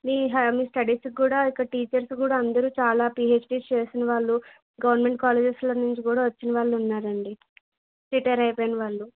మీ మీ స్టడీస్కి కూడా ఇక్కడ టీచర్స్ కూడా అందరూ చాలా పిహెచ్డీస్ చేసిన వాళ్ళు గౌర్నమెంట్ కాలేజెస్లో నుంచి కూడా వచ్చిన వాళ్ళు ఉన్నారండి రిటైరయిపోయిన వాళ్ళు